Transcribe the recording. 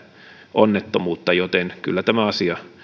onnettomuutta joten kyllä tämä asia